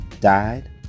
died